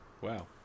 Wow